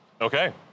Okay